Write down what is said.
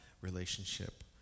relationship